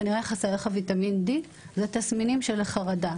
כנראה שחסר לך ויטמין D. זה תסמינים של חרדה.